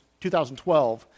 2012